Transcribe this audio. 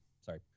Sorry